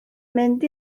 mynd